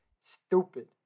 Stupid